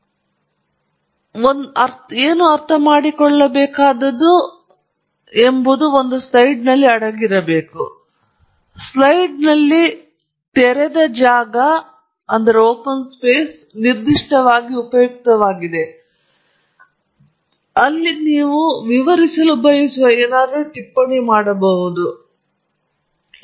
ನೀವು ಅರ್ಥಮಾಡಿಕೊಳ್ಳಬೇಕಾದದ್ದು ಕೇವಲ ಒಂದು ಸ್ಲೈಡ್ ಆಗಿದೆ ಏಕೆಂದರೆ ಅದು ನಿಮಗೆ ಅಂತ್ಯದಿಂದ ಅಂತ್ಯಗೊಳ್ಳುವ ಅವಶ್ಯಕತೆ ಇಲ್ಲ ಸ್ಲೈಡ್ನಲ್ಲಿ ತೆರೆದ ಜಾಗವು ನಿರ್ದಿಷ್ಟವಾಗಿ ಉಪಯುಕ್ತವಾಗಿದೆ ನೀವು ತೋರಿಸಲು ಪ್ರಯತ್ನಿಸುತ್ತಿರುವ ಏನನ್ನಾದರೂ ಕೇಂದ್ರೀಕರಿಸಲು ಜನರಿಗೆ ಇದು ಸಹಾಯ ಮಾಡುತ್ತದೆ ಆ ಪರಿಕಲ್ಪನೆಯನ್ನು ಉತ್ತಮವಾಗಿ ಅರ್ಥಮಾಡಿಕೊಳ್ಳಲು ಅದು ಅವರಿಗೆ ಸಹಾಯ ಮಾಡುತ್ತದೆ